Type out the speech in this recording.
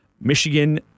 Michigan